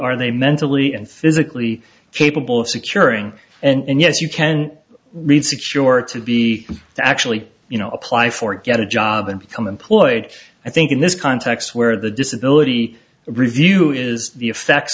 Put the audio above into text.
are they mentally and physically capable of securing and yes you can read security be actually you know apply for get a job and become employed i think in this context where the disability review is the effects